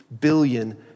billion